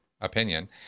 opinion